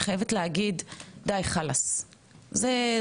זה זלזול בסיסי אפילו בעבודה שלי כאן,